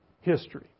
history